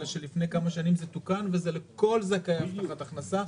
אלא שלפני כמה שנים זה תוקן וזה לכל זכאי הבטחת הכנסה,